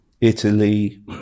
Italy